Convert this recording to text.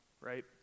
right